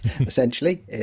Essentially